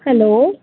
hello